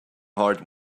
hard